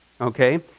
Okay